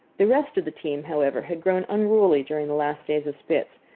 the rest of the team, however, had grown unruly during the last days of spitz,